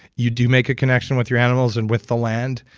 you do make a connection with your animals and with the land,